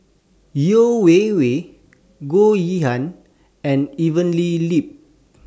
Yeo Wei Wei Goh Yihan and Evelyn Lip